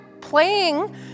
playing